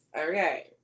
Okay